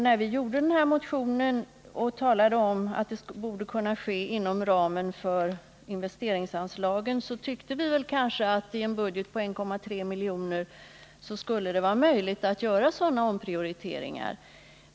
När vi skrev den här motionen och talade om att utbygganden borde kunna ske inom ramen för investeringsanslaget ansåg vi att det i en budget på 1,3 miljarder kronor skulle vara möjligt att göra sådana omprioriteringar.